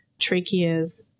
tracheas